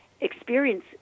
experience